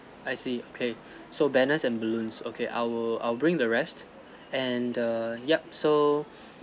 I see okay so banners and balloons okay I will I'll bring the rest and the yup so